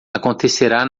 acontecerá